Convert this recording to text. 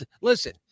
listen